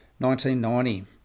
1990